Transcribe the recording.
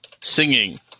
Singing